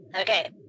Okay